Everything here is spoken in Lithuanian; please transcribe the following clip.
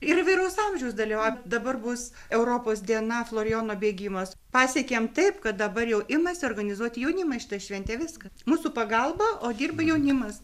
ir įvairaus amžiaus dalyvauja dabar bus europos diena florijono bėgimas pasiekėm taip kad dabar jau imasi organizuoti jaunimas šitą šventę viskas mūsų pagalba o dirba jaunimas